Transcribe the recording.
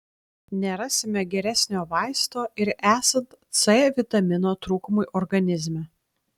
nerasime geresnio vaisto ir esant c vitamino trūkumui organizme